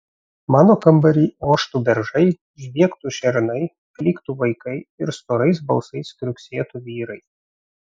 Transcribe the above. mano kambary oštų beržai žviegtų šernai klyktų vaikai ir storais balsais kriuksėtų vyrai